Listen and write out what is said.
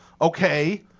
Okay